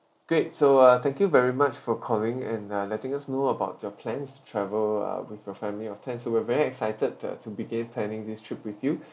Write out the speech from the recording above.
great so uh thank you very much for calling and uh letting us know about your plans to travel uh with your family of ten so we're very excited uh to begin planning this trip with you